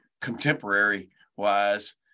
contemporary-wise